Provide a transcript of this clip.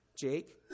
jake